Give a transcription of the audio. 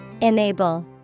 Enable